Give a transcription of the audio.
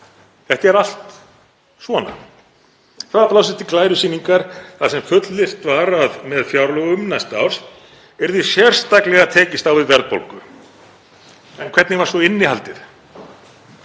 Þetta er allt svona. Það var blásið til glærusýningar þar sem fullyrt var að með fjárlögum næsta árs yrði sérstaklega tekist á við verðbólgu. En hvernig var svo innihaldið?